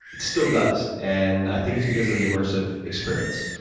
it still does. and i think it's because of the immersive experience.